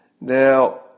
Now